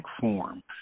form